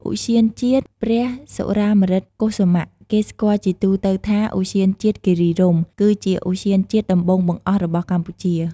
ឧទ្យានជាតិព្រះសុរាម្រិតកុសុមៈ គេស្គាល់ជាទូទៅថា ឧទ្យានជាតិគិរីរម្យ គឺជាឧទ្យានជាតិដំបូងបង្អស់របស់កម្ពុជា។